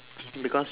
because